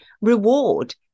reward